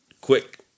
quick